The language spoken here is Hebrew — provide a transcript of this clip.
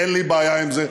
אין לי בעיה עם זה,